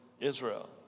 Israel